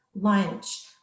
lunch